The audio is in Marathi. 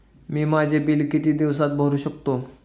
मी माझे बिल किती दिवसांत भरू शकतो?